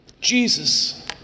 Jesus